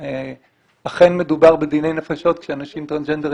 אכן מדובר בדיני נפשות כשאנשים טרנסג'נדרים